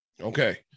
okay